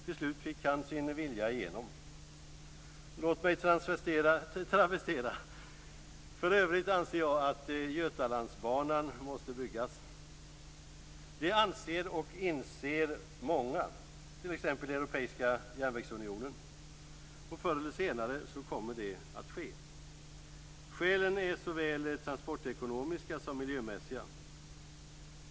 Till slut fick han sin vilja igenom. Låt mig travestera: För övrigt anser jag att Götalandsbanan måste byggas. Det anser och inser många, t.ex. Europeiska järnvägsunionen. Och förr eller senare kommer det att ske. Skälen är såväl transportekonomiska som miljömässiga.